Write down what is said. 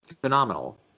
phenomenal